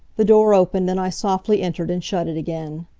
the door opened and i softly entered and shut it again.